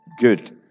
Good